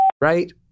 Right